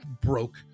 broke